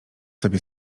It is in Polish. sobie